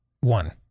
One